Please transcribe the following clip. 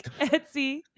etsy